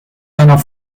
seiner